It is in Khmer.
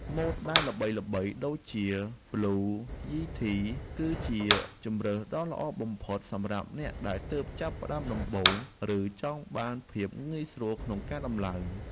ម៉ូដែលល្បីៗដូចជាប៊្លូ យីធីគឺជាជម្រើសដ៏ល្អបំផុតសម្រាប់អ្នកដែលទើបតែចាប់ផ្តើមដំបូង ឬចង់បានភាពងាយស្រួលក្នុងការដំឡើង។